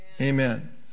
Amen